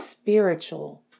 spiritual